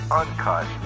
uncut